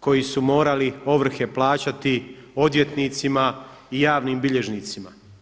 koji su morali ovrhe plaćati odvjetnicima i javnim bilježnicima.